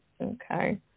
Okay